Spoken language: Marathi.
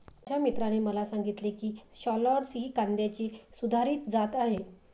माझ्या मित्राने मला सांगितले की शालॉट्स ही कांद्याची सुधारित जात आहे